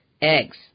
Eggs